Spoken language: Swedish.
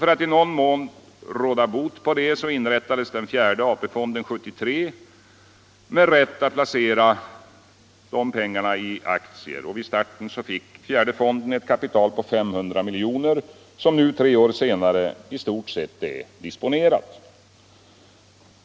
För att i någon mån råda bot på detta inrättades den fjärde AP-fonden år 1973 med rätt att placera tillgångarna i aktier. Fonden fick vid starten ett kapital på 500 milj.kr., som nu tre år senare i stort sett är disponerat.